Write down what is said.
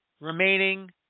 remaining